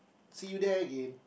see you there again